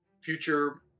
future